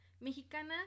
mexicana